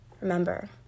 Remember